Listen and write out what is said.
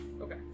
Okay